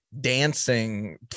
Dancing